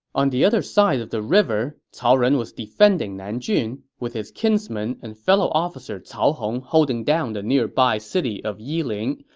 on the other side of the river, cao ren was defending nanjun, with his kinsman and fellow officer cao hong holding down the nearby city of yiling,